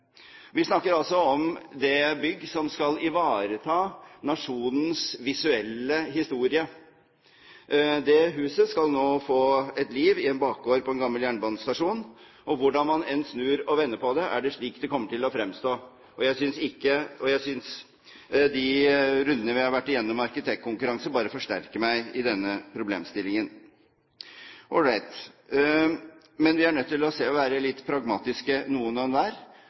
Vi snakker altså om det bygg som skal ivareta nasjonens visuelle historie. Det huset skal nå få et liv i en bakgård på en gammel jernbanestasjon, og hvordan man enn snur og vender på det, er det slik det kommer til å fremstå. Og jeg synes de rundene vi har vært gjennom med arkitektkonkurranser, bare forsterker denne problemstillingen. Ålreit, men vi er nødt til å være litt pragmatiske noen hver. Når vi har en regjering som står fast på dette, og